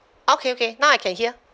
okay okay now I can hear